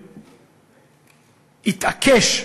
הוא התעקש,